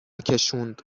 کشوند